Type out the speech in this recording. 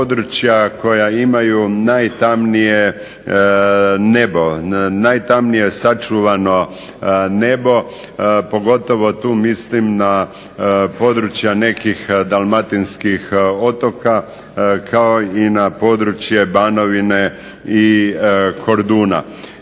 koja imaju najtamnije nebo, najtamnije sačuvano nebo, pogotovo tu mislim na područja nekih dalmatinskih otoka kao i na područje Banovine i Korduna.